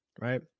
right